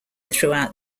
throughout